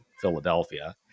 Philadelphia